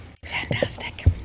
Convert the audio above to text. Fantastic